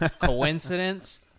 Coincidence